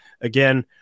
Again